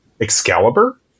Excalibur